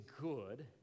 good